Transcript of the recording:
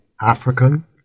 African